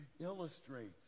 illustrates